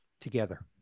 together